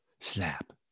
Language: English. Slap